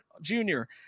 junior